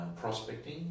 prospecting